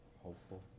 Hopeful